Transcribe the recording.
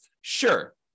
Sure